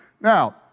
Now